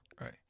Right